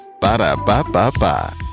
Ba-da-ba-ba-ba